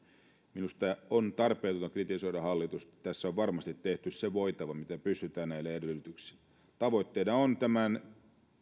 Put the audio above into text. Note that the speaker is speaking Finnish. minusta on tarpeetonta kritisoida hallitusta tässä on varmasti tehty se voitava mitä pystytään näillä edellytyksillä tavoitteena on tämän